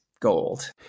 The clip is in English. gold